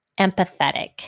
empathetic